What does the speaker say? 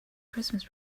christmas